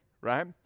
right